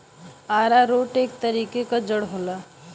आरारोट एक तरीके क जड़ होला